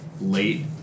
late